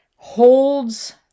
Holds